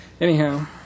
Anyhow